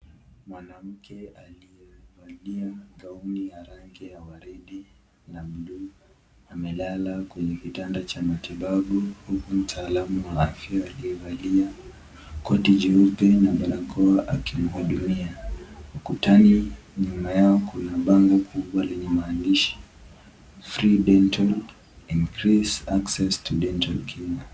Mwanamke aliyevalia gauni ya rangi ya waridi na buluu amelala kwenye kitanda cha matibabu huku mtaalamu wa afya aliyevalia koti jeupe na barakoa akimhudumia. Ukutani nyuma yao kuna bango kubwa lenye maandishi free dental increase acess to dental care .